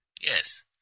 yes